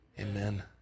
Amen